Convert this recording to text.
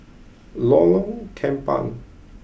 Lorong Kembang